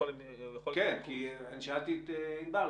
כן, כי אני שאלתי את ענבר.